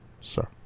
sir